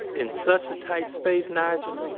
in such a tight space, nigel,